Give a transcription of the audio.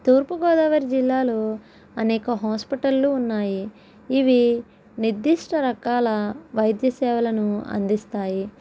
తూర్పుగోదావరి జిల్లాలో అనేక హాస్పిటళ్ళు ఉన్నాయి ఇవి నిర్దిష్ట రకాల వైద్య సేవలను అందిస్తాయి